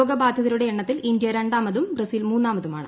രോഗബാധിതരുടെ എണ്ണത്തിൽ ഇന്ത്യ രണ്ടാമതും ബ്രസീൽ മൂന്നാമതുമാണ്